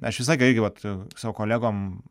aš visą laiką irgi vat savo kolegom